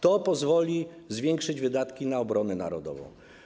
To pozwoli zwiększyć wydatki na obronę narodową.